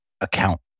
account